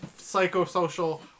psychosocial